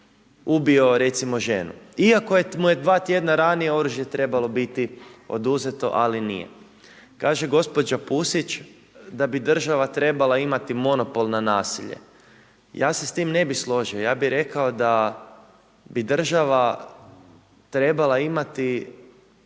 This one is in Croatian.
ubio recimo ženu. Iako mu je dva tjedna ranije oružje trebalo biti oduzeto ali nije. Kaže gospođa Pusić da bi država trebala imati monopol na nasilje. Ja se s tim ne bih složio, ja bih rekao da bi država trebala imati